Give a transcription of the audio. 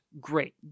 Great